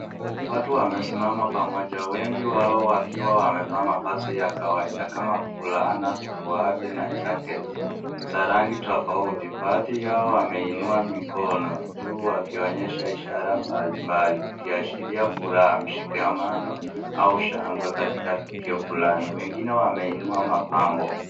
Watu wamesimama pamoja wengi wao wakiwa wamevaa mavazi ya kawaida kama fulana na suruali na jaketi za rangi tofauti. Baadhi yao wameinua mikono juu wakionyesha ishara mbalimbali ikiashiria furaha, mshikamano au shangwe katika tukio fulani. Wengine wameinua mapambo.